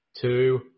two